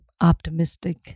optimistic